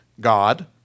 God